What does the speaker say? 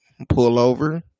pullover